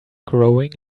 growing